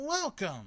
Welcome